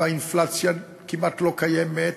והאינפלציה כמעט לא קיימת,